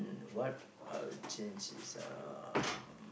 what I'll change is um